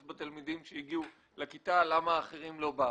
בתלמידים שהגיעו לכיתה למה האחרים לא באו.